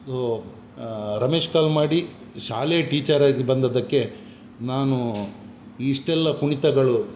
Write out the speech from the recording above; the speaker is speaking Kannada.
ಸೋ ರಮೇಶ್ ಕಲ್ಮಾಡಿ ಶಾಲೆ ಟೀಚರ್ ಆಗಿ ಬಂದದ್ದಕ್ಕೆ ನಾನು ಇಷ್ಟೆಲ್ಲ ಕುಣಿತಗಳು